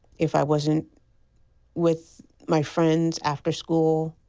if i wasn't with my friends after school,